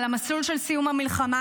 על המסלול של סיום המלחמה,